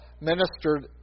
ministered